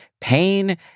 Pain